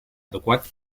adequat